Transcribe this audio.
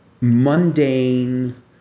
mundane